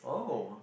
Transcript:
oh